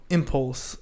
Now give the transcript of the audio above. Impulse